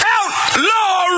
Outlaw